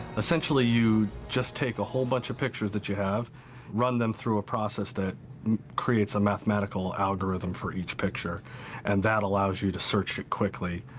essentially you just take a whole bunch of pictures that you have run them through a process that creates a mathematical algorithm for each picture and that allows you to search it quickly.